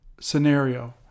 scenario